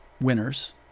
winners